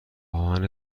آهن